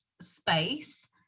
space